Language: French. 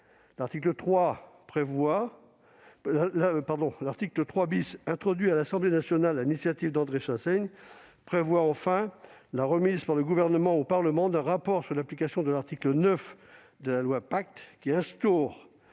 L'article 3 , introduit à l'Assemblée nationale sur l'initiative d'André Chassaigne, prévoit enfin la remise d'un rapport du Gouvernement au Parlement sur l'application de l'article 9 de la loi Pacte, qui instaure